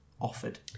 offered